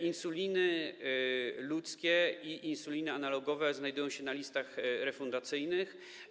Insuliny ludzkie i insuliny analogowe znajdują się na listach refundacyjnych.